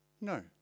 no